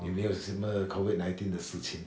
有没有什么 COVID nineteen 的事情